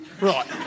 Right